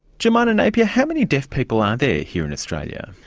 jemina napier, how many deaf people are there here in australia?